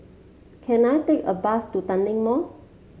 can I take a bus to Tanglin Mall